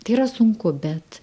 tai yra sunku bet